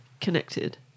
connected